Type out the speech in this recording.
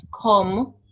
come